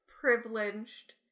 privileged